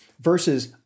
versus